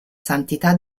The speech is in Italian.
santità